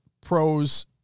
pros